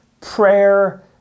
prayer